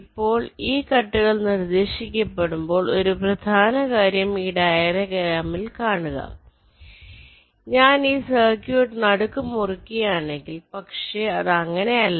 ഇപ്പോൾ ഈ കട്ടുകൾ നിർദ്ദേശിക്കപ്പെടുമ്പോൾ ഒരു പ്രധാന കാര്യം ഈ ഡയഗ്രാമിൽ കാണുക ഞാൻ ഈ സർക്യൂട്ട് നടുക്ക് മുറിക്കുകയാണെങ്കിൽ പക്ഷേ അത് അങ്ങനെയല്ല